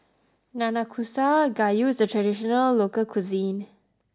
Nanakusa Gayu is a traditional local cuisine